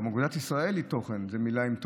גם אגודת ישראל היא תוכן, זאת מילה עם תוכן.